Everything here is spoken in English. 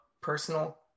personal